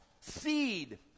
seed